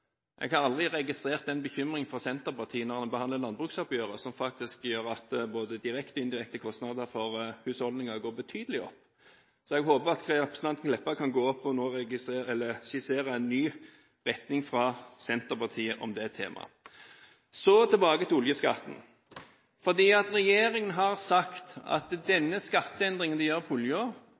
Jeg har aldri registrert en slik bekymring fra Senterpartiet når en har behandlet landbruksoppgjøret, som faktisk innebærer at både direkte og indirekte kostnader for husholdninger går betydelig opp. Jeg håper at representanten Meltveit Kleppa nå kan gå opp på talerstolen og skissere en ny retning fra Senterpartiet om dette temaet. Så tilbake til oljeskatten. Regjeringen har sagt at oljeskatteendringen er for å stimulere til kostnadseffektivitet på